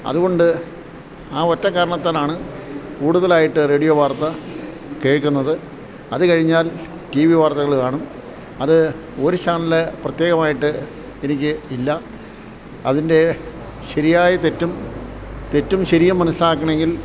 അതുകൊണ്ട് ആ ഒറ്റ കാരണത്താലാണ് കൂടുതലായിട്ട് റേഡിയോ വാർത്ത കേൾക്കുന്നത് അത് കഴിഞ്ഞാൽ ടി വി വാർത്തകൾ കാണും അത് ഒരു ചാനല് പ്രത്യേകമായിട്ട് എനിക്ക് ഇല്ല അതിൻ്റെ ശരിയായ തെറ്റും തെറ്റും ശരിയും മനസ്സിലാക്കണമെങ്കിൽ